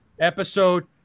episode